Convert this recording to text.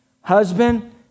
Husband